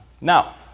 Now